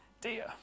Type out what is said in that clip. dear